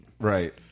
right